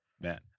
Man